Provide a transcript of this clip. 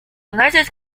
united